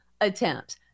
attempts